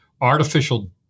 artificial